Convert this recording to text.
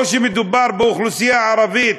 או שכשמדובר באוכלוסייה הערבית,